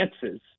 chances